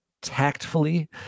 tactfully